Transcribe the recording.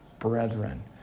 Brethren